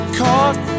caught